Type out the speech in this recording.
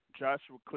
Joshua